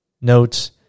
notes